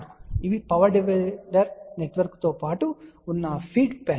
ఇవి power divider నెట్వర్క్తో పాటు ఉన్న ఫీడ్ పాచెస్